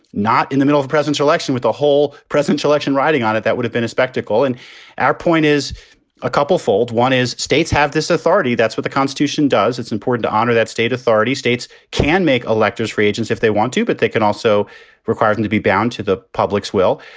not in the middle of presense election with a whole presidential election riding on it. that would have been a spectacle. and our point is a couple fold. one is. states have this authority. that's what the constitution does. it's important to honor that state authority. states can make electors free agents if they want to, but they can also require them to be bound to the public's will.